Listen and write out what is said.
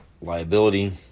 Liability